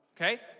Okay